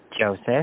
Joseph